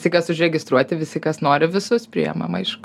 visi kas užregistruoti visi kas nori visus priimam aišku